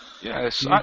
Yes